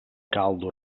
caldo